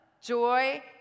joy